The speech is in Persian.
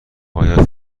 آیا